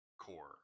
core